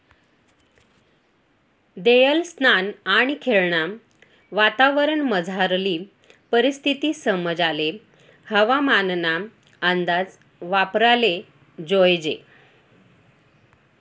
देयेल स्थान आणि येळना वातावरणमझारली परिस्थिती समजाले हवामानना अंदाज वापराले जोयजे